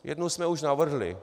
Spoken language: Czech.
Jednu jsme už navrhli.